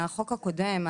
החוק הקודם.